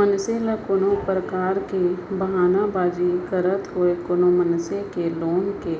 मनसे ल कोनो परकार के बहाना बाजी करत होय कोनो मनसे के लोन के